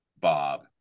bob